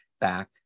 back